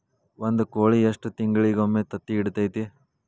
ಒಂದ್ ಕೋಳಿ ಎಷ್ಟ ತಿಂಗಳಿಗೊಮ್ಮೆ ತತ್ತಿ ಇಡತೈತಿ?